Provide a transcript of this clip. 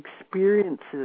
experiences